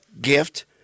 gift